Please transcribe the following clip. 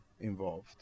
involved